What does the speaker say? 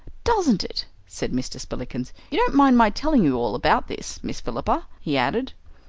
doesn't it? said mr. spillikins. you don't mind my telling you all about this miss philippa? he added.